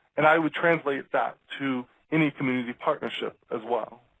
and i would translate that to any community partnership as well.